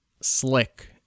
slick